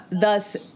Thus